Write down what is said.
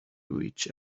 reach